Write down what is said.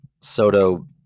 Soto